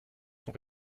sont